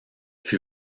fut